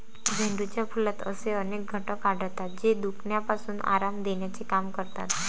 झेंडूच्या फुलात असे अनेक घटक आढळतात, जे दुखण्यापासून आराम देण्याचे काम करतात